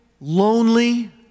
lonely